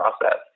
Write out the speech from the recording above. process